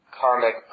karmic